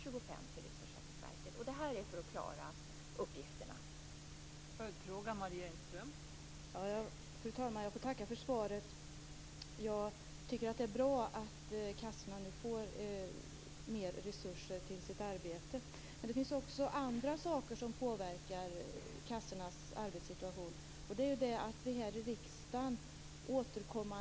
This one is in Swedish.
Sedan gör vi en ny bedömning för år 2000 och ser hur läget är då när det gäller just pensionsreformen. Sedan får kassorna nästa år 225 miljoner extra.